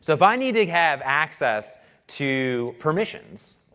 so if i need to have access to permissions,